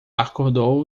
acordou